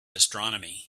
astronomy